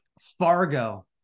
Fargo